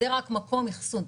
זה רק מקום אחסון.